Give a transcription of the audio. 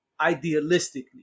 Idealistically